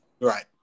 Right